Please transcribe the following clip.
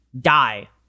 die